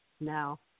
Now